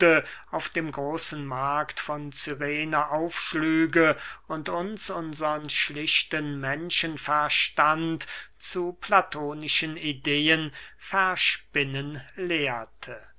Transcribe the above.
auf dem großen markt von cyrene aufschlüge und uns unsern schlichten menschenverstand zu platonischen ideen verspinnen lehrte